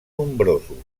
nombrosos